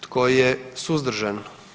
Tko je suzdržan?